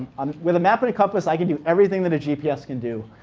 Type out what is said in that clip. um with a map and a compass, i can do everything that a gps can do.